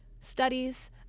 studies